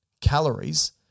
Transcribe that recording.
calories